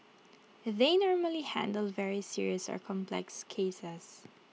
they normally handle very serious or complex cases